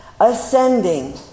ascending